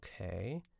Okay